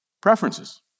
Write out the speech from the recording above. preferences